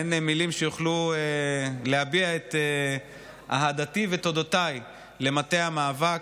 אין מילים שיוכלו להביע את אהדתי ואת תודותיי למטה המאבק,